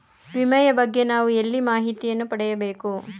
ವಿಮೆಯ ಬಗ್ಗೆ ನಾವು ಎಲ್ಲಿ ಮಾಹಿತಿಯನ್ನು ಪಡೆಯಬೇಕು?